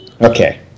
Okay